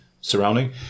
surrounding